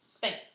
Thanks